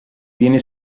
viene